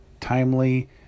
timely